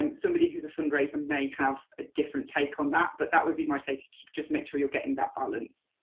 and somebody who is a fundraiser may have a different take on that, but that would be my take, to just make sure you are getting that balance.